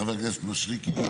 חבר הכנסת מישרקי.